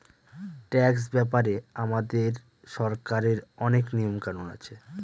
tax ব্যাপারে আমাদের সরকারের অনেক নিয়ম কানুন আছে